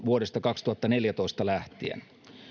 vuodesta kaksituhattaneljätoista lähtien